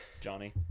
Johnny